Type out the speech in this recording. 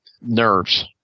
nerves